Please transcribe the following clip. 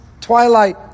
twilight